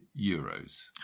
euros